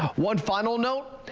one final note,